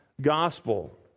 gospel